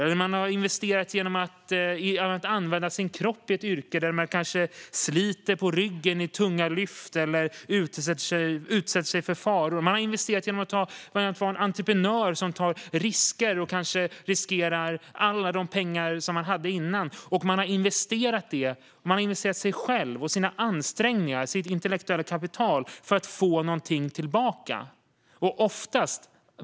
Man kan ha investerat genom att använda sin kropp i ett yrke där man kanske har slitit på ryggen genom tunga lyft eller utsatt sig för faror. Man kan ha investerat genom att vara entreprenör och ta risker och kanske riskera alla sina pengar. Man har investerat sig själv, sina ansträngningar och sitt intellektuella kapital för att få någonting tillbaka.